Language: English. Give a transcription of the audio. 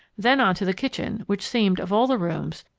then on into the kitchen, which seemed, of all the rooms,